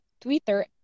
Twitter